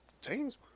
James